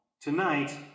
Tonight